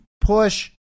push